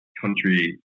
country